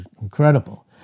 incredible